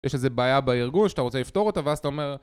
יש איזו בעיה בארגון שאתה רוצה לפתור אותה, ואז אתה אומר...